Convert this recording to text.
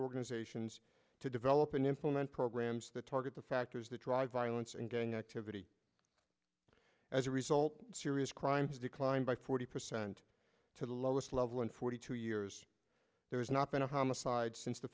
organizations to develop and implement programs that target the factors that drive violence and gang activity as a result serious crime has declined by forty percent to the lowest level in forty two years there has not been a homicide since the